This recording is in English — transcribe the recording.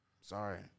Sorry